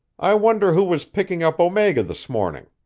i wonder who was picking up omega this morning?